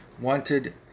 wanted